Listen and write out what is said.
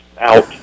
out